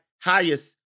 highest